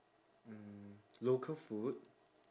mm local food